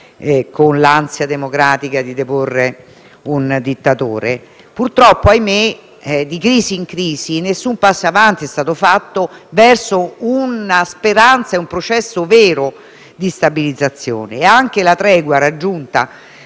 con l'ansia democratica di deporre un dittatore, purtroppo - ahimè - di crisi in crisi nessun passo avanti è stato fatto verso una speranza e un processo vero di stabilizzazione. Anche la tregua raggiunta